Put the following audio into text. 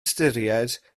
tuduriaid